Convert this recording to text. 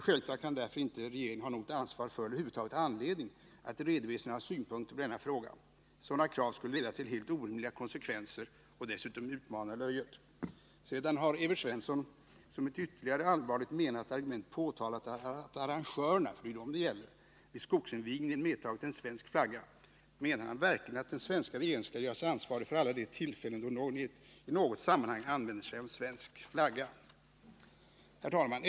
Självfallet kan därför inte regeringen ha något ansvar för eller över huvud taget ha anledning att redovisa några synpunkter på denna fråga. Sådana krav skulle leda till helt orimliga konsekvenser och dessutom utmana löjet. Sedan har Evert Svensson som ett ytterligare allvarligt menat argument påtalat att arrangörerna — det är dem det gäller — vid skogsinvigningen medtagit en svensk flagga. Menar han verkligen att den svenska regeringen skall göras ansvarig för alla de tillfällen då någon i något sammanhang använder sig av en svensk flagga? Herr talman!